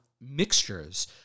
mixtures